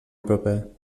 proper